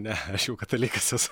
ne aš jau katalikas esu